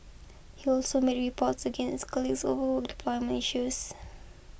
he also made reports against colleagues over deployment issues